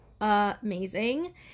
amazing